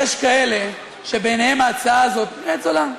יש כאלה שבעיניהם ההצעה הזאת באמת זולה.